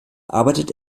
arbeitet